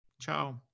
ciao